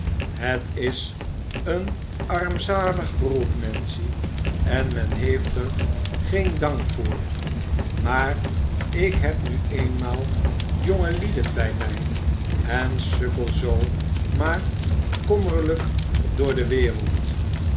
het is een armzalig beroep nancy en men heeft er geen dank voor maar ik heb nu eenmaal jongelieden bij mij en sukkel zoo maar kommerlijk door de wereld